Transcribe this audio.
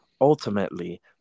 Ultimately